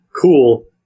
cool